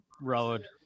road